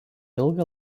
ilgą